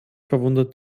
verwundert